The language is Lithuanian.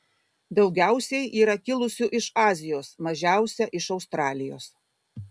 daugiausiai yra kilusių iš azijos mažiausia iš australijos